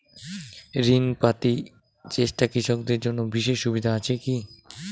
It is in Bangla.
ঋণ পাতি চেষ্টা কৃষকদের জন্য বিশেষ সুবিধা আছি কি?